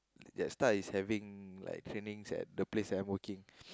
JetStar is having like training at the place I'm working